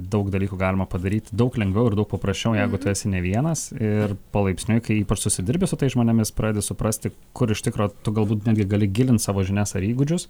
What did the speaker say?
daug dalykų galima padaryti daug lengviau ir daug paprasčiau jeigu tu esi ne vienas ir palaipsniui kai ypač susidirbi su tais žmonėmis pradedi suprasti kur iš tikro tu galbūt netgi gali gilint savo žinias ar įgūdžius